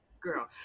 girl